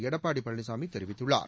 எடப்பாடி பழனிசாமி தெரிவித்துள்ளார்